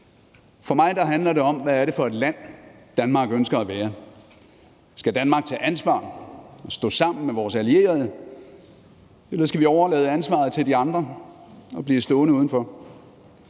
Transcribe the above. For mig handler det om, hvad det er for et land, Danmark ønsker at være. Skal Danmark tage ansvar og stå sammen med vores allierede, eller skal vi overlade ansvaret til de andre og blive stående udenfor?